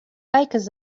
bakers